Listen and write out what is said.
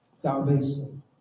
Salvation